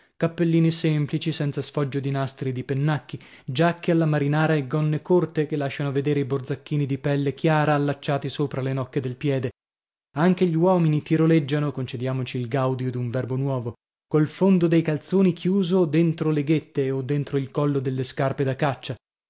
cappellini semplici senza sfoggio di nastri e di pennacchi giacche alla marinara e gonne corte che lasciano vedere i borzacchini di pelle chiara allacciati sopra la noce del piede anche gli uomini tiroleggiano concediamoci il gaudio d'un verbo nuovo col fondo dei calzoni chiuso dentro le ghette o dentro il collo delle scarpe da caccia